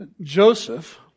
Joseph